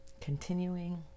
continuing